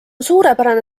suurepärane